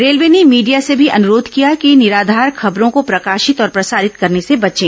railway ने media से भी अनुरोध किया कि निराधार खबरों को प्रकाशित और प्रसारित करने से बचे